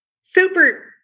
super